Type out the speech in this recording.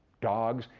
dogs,